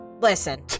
Listen